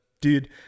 dude